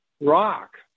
rock